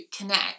connect